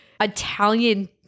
Italian